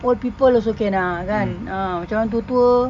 old people also can ah kan ah macam orang tua-tua